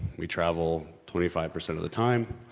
we travel twenty five percent of the time